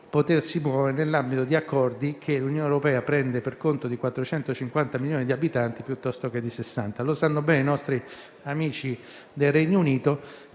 potersi muovere nell'ambito di accordi che l'Unione europea prende per conto di 450 milioni di abitanti piuttosto che di 60. Lo sanno bene i nostri amici del Regno Unito